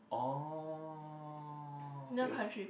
orh okay